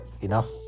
enough